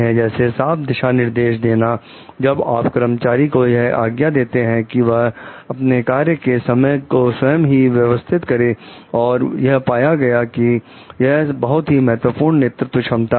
जैसे साफ दिशा निर्देश देना जब आप कर्मचारी को यह आज्ञा देते हैं कि वह अपने कार्य के समय को स्वयं ही व्यवस्थित करें और यह पाया गया है कि यह बहुत ही महत्वपूर्ण नेतृत्व क्षमता है